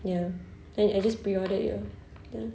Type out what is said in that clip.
ya then I just pre-ordered it orh ya